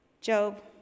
Job